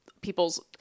people's